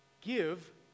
give